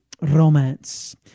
romance